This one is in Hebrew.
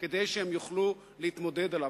כדי שהם יוכלו להתמודד עליו.